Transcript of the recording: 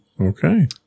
Okay